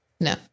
No